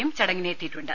യും ചടങ്ങി നെത്തിയിട്ടുണ്ട്